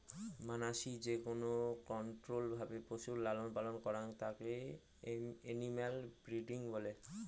মানাসি যেকোন কন্ট্রোল্ড ভাবে পশুর লালন পালন করং তাকে এনিম্যাল ব্রিডিং বলে